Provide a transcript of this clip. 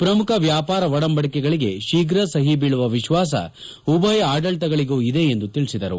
ಪ್ರಮುಖ ವ್ಯಾಪಾರ ಒಡಂಬಡಿಕೆಗಳಿಗೆ ತೀಪ್ರ ಸಹಿ ಬೀಳುವ ವಿಶ್ವಾಸ ಉಭಯ ಆಡಳಿತಗಳಿಗೂ ಇದೆ ಎಂದು ತಿಳಿಸಿದರು